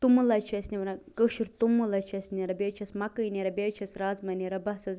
توٚمُل حظ چھُ اسہِ نیران کٲشُر توٚمُل حظ چھُ اسہِ نیران بیٚیہِ چھِ اسہِ مکٲے نیران بیٚیہِ حظ چھِ اسہِ رازمہ نیران بس حظ